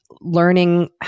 learning